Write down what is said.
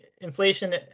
inflation